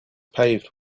paved